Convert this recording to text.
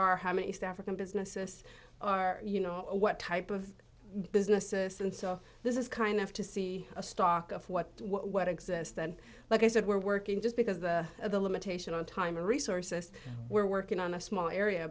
are how many east african businesses are you know or what type of businesses and so this is kind of to see a stock of what what exists and like i said we're working just because the the limitation on time and resources we're working on a small area